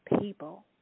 people